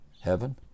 heaven